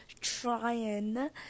trying